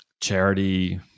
charity